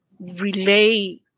relay